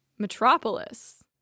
Metropolis